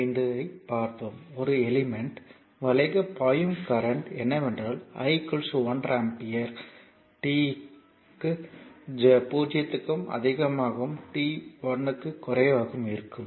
5 ஐ பார்ப்போம் ஒரு எலிமெண்ட் வழியாக பாயும் கரண்ட் என்னவென்றால் i 1 ஆம்பியர் t க்கு 0 க்கும் அதிகமாகவும் t 1 க்கும் குறைவாகவும் இருக்கும்